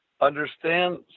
understand